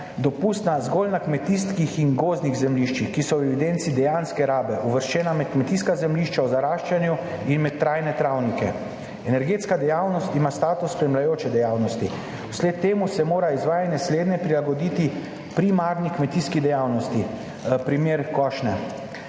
dopustna zgolj na kmetijskih in gozdnih zemljiščih, ki so v evidenci dejanske rabe uvrščena med kmetijska zemljišča v zaraščanju in med trajne travnike. Energetska dejavnost ima status spremljajoče dejavnosti, vsled temu se mora izvajanje slednje prilagoditi primarni kmetijski dejavnosti, primer košnje.